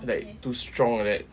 like too strong like that